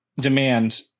demand